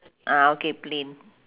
ah okay plain